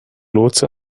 lotse